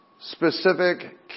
specific